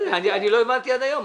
לא הבנתי עד היום,